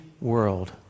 world